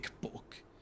book